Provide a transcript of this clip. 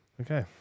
Okay